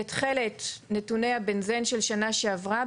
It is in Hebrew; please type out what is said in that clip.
בתכלת, נתוני הבנזן של שנה שעברה.